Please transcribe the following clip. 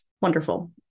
Wonderful